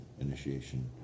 Initiation